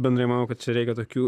bendrai manau kad čia reikia tokių